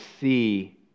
see